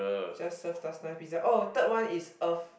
just serve us nine pizza oh third one is Earth